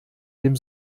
dem